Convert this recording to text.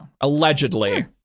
Allegedly